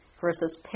versus